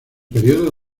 período